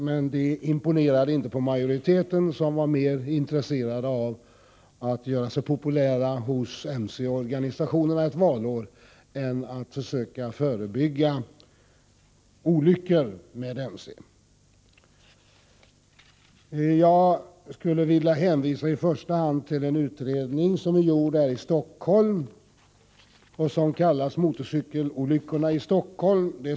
Men det imponerade inte på majoriteten, som var mera intresserad av att göra sig populär hos motorcykelorganisationerna — det var ju valår — än att försöka förebygga olyckor med motorcyklar. I första hand vill jag i detta sammanhang hänvisa till en utredning som gjorts här i Stockholm — kallad Motorcykelolyckorna i Stockholm.